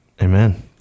Amen